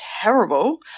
terrible